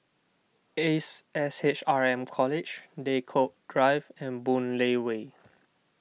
Ace S H R M College Draycott Drive and Boon Lay Way